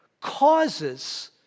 causes